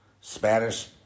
Spanish